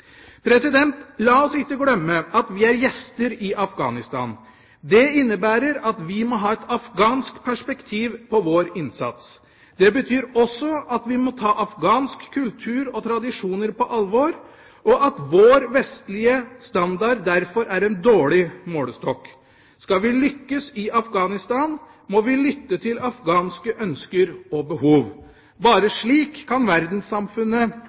La oss ikke glemme at vi er gjester i Afghanistan. Det innebærer at vi må ha et afghansk perspektiv på vår innsats. Det betyr også at vi må ta afghansk kultur og tradisjon på alvor, og at vår vestlige standard derfor er en dårlig målestokk. Skal vi lykkes i Afghanistan, må vi lytte til afghanske ønsker og behov. Bare slik kan verdenssamfunnet